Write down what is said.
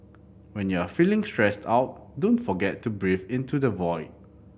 when you are feeling stressed out don't forget to breathe into the void